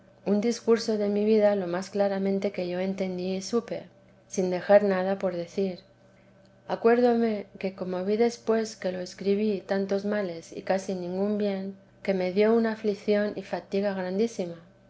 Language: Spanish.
un discurso de mi vida lo más claramente que yo entendí y supe sin dejar nada por decir acuerdóme que como vi después que lo escribí tantos males y casi ningún bien que me dio una aflicción y fatiga grandísima